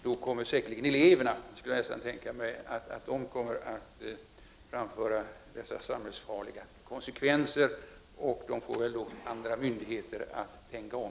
Då kommer säkerligen eleverna att framhålla strejkens samhällsfarliga konsekvenser, och då får väl andra myndigheter tänka om.